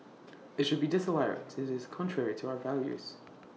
IT should be disallowed since IT is contrary to our values